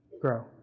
grow